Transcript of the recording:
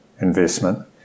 investment